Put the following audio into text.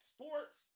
sports